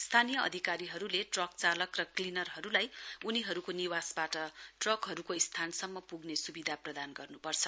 स्थानीय अधिकारीहरुले ट्रक चालकहरु र क्लीनारहरुलाई उनीहरुको निवासवाट ट्रकहरुको स्थानसम्म पुग्ने सुविधा प्रदान गर्नुपर्छ